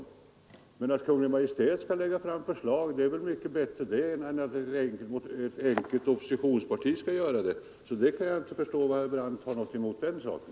Det är mycket bättre att Kungl. Maj:t lägger fram förslag än att ett oppositionsparti skall göra det. Jag kan inte förstå vad herr Brandt har emot den saken.